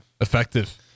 Effective